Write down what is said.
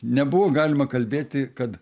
nebuvo galima kalbėti kad